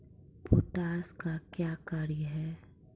Potash का क्या कार्य हैं?